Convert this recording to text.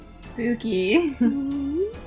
Spooky